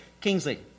Kingsley